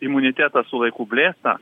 imunitetas su laiku blėsta